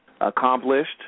Accomplished